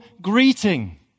greeting